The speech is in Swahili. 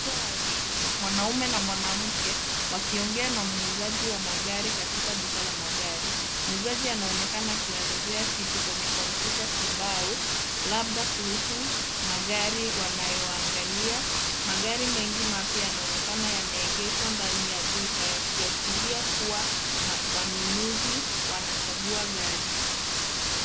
Wateja wawili; mwanaume na mwanamke wakiongea na muuzaji wa magari katika duka la magari. Muuzaji anaonekana akiwaelezea kitu kwenye kompyuta kibao, labda kuhusu magari wanayoangalia. Magari mengi mapya yanaonekana yameegeshwa ndani ya duka yakiashiria kuwa wanunuzi wanachagua gari.